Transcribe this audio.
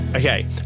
Okay